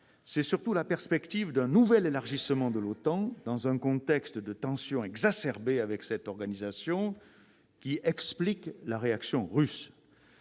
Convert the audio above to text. c'est surtout la perspective d'un nouvel élargissement de l'OTAN, dans un contexte de tensions exacerbées avec cette organisation qui explique la réaction russe.